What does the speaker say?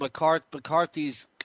McCarthy's